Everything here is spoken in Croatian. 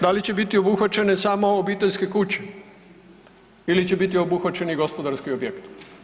Da li će biti obuhvaćene samo obiteljske kuće ili će biti obuhvaćeni i gospodarski objekti?